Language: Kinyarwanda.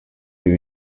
ibi